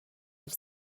have